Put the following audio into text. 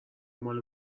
مال